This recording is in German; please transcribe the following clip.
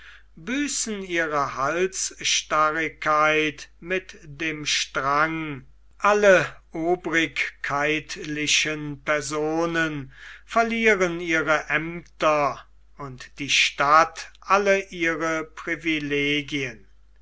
büßen ihre halsstarrigkeit mit dem strange alle obrigkeitlichen personen verlieren ihre aemter und die stadt alle ihre privilegien